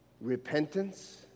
repentance